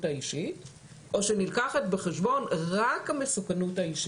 האישית או שנלקחת בחשבון רק המסוכנות האישית.